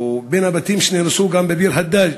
בין הבתים שנהרסו היו גם בתים בביר-הדאג',